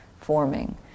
forming